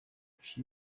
she